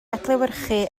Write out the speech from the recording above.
adlewyrchu